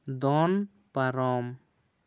ᱫᱚᱱ ᱯᱟᱨᱚᱢ